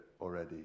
already